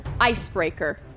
Icebreaker